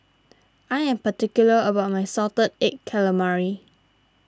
I am particular about my Salted Egg Calamari